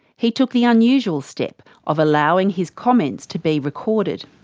he took the unusual step of allowing his comments to be recorded.